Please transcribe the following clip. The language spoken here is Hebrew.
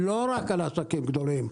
לא רק על עסקים גדולים,